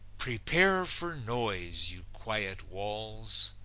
prepare for noise, you quiet walls!